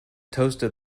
toasted